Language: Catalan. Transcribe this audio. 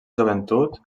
joventut